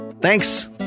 Thanks